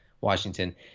Washington